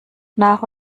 nach